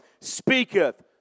speaketh